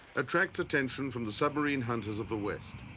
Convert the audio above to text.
attracts attention from the submarine hunters of the west.